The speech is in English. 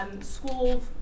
school